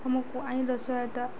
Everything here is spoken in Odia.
ଆମକୁ ଆଇନର ସହାୟତା